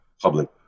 public